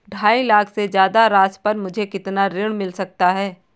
ढाई लाख से ज्यादा राशि पर मुझे कितना ऋण मिल सकता है?